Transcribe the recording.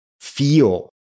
feel